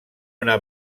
una